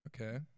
Okay